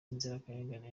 inzirakarengane